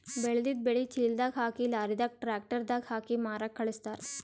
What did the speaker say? ಬೆಳೆದಿದ್ದ್ ಬೆಳಿ ಚೀಲದಾಗ್ ಹಾಕಿ ಲಾರಿದಾಗ್ ಟ್ರ್ಯಾಕ್ಟರ್ ದಾಗ್ ಹಾಕಿ ಮಾರಕ್ಕ್ ಖಳಸ್ತಾರ್